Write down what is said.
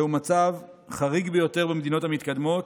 זה מצב חריג ביותר במדינות המתקדמות,